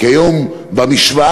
כי היום במשוואה,